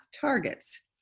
targets